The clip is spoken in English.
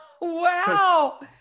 Wow